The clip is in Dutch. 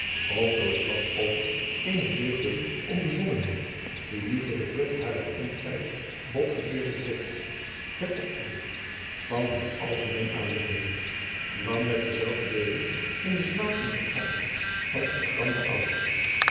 of door slagtoffers eener jeugdige onbezonnenheid die liever de vrucht harer ontijdig botgevierde drist der opvoeding van het algemeen aanbevelen dan met dezelve deelen in de smaad en verguizing van vergramde ouders